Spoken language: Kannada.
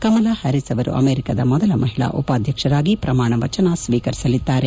ಕಮಲಾ ಹ್ಲಾರಿಸ್ ಅವರು ಅಮೆರಿಕದ ಮೊದಲ ಮಹಿಳಾ ಉಪಾಧ್ಯಕ್ಷರಾಗಿ ಪ್ರಮಾಣ ವಚನ ಸ್ವೀಕರಿಸಲಿದ್ದಾರೆ